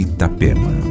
Itapema